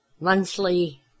monthly